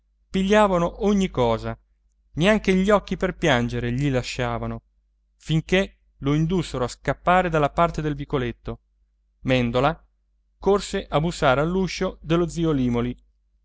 pigliavano ogni cosa neanche gli occhi per piangere gli lasciavano finché lo indussero a scappare dalla parte del vicoletto mèndola corse a bussare all'uscio dello zio limòli